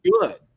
good